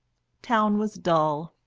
town was dull,